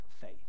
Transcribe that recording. faith